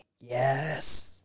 Yes